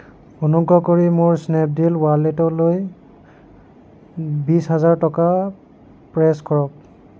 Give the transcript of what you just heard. অনুগ্ৰহ কৰি মোৰ স্নেপডীল ৱালেটলৈ বিছ হাজাৰ টকা প্ৰচেছ কৰক